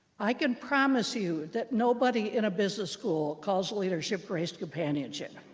i can promise you that nobody in a business school calls leadership graced companionship.